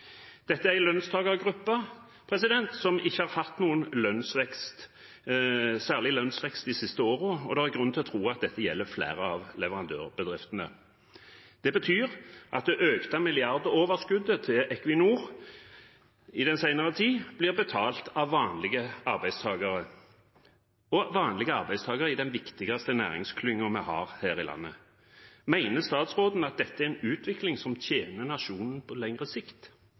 Dette er en lønnstakergruppe som ikke har hatt noen særlig lønnsvekst de siste årene, og det er grunn til å tro at dette gjelder flere av leverandørbedriftene. Det betyr at det økte milliardoverskuddet til Equinor i den senere tid blir betalt av vanlige arbeidstakere, og vanlige arbeidstakere er den viktigste næringsklyngen vi har her i landet. Mener statsråden at dette er en utvikling som tjener nasjonen på lengre sikt?